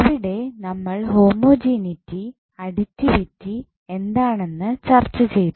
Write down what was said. അവിടെ നമ്മൾ homogeneity additivity എന്താണെന്ന് ചർച്ചചെയ്തു